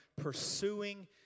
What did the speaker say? pursuing